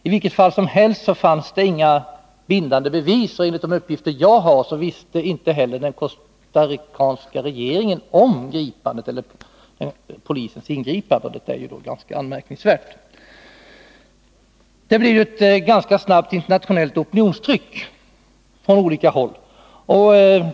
I vilket fall som helst fanns det inga bindande bevis, och enligt de uppgifter som jag har fått visste inte heller den costaricanska regeringen om polisens ingripande, och det är ju ganska anmärkningsvärt. Det blev ju ett ganska snabbt internationellt opinionstryck från olika håll.